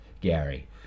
Gary